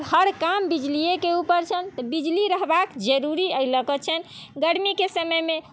अब हर काम बिजलिएके ऊपर छनि तऽ बिजली रहबाके जरूरी एहि लऽके छनि गरमीके समयमे